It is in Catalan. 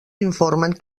informen